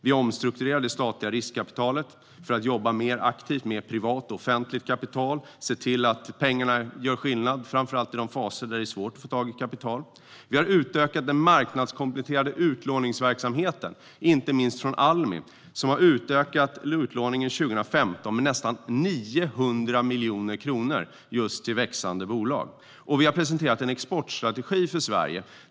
Vi omstrukturerar det statliga riskkapitalet för att jobba mer aktivt med privat och offentligt kapital och se till att pengarna gör skillnad, framför allt i de faser där det är svårt att få tag i kapital. Vi har utökat den marknadskompletterande utlåningsverksamheten, inte minst vid Almi, som 2015 utökade utlåningen till växande bolag med nästan 900 miljoner kronor. Vi har presenterat en exportstrategi för Sverige.